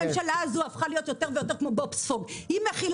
הממשלה הזו הפכה להיות יותר ויותר כמו בוב ספוג --- יש